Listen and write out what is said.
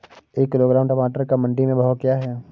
एक किलोग्राम टमाटर का मंडी में भाव क्या है?